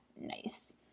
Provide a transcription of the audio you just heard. nice